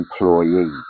employee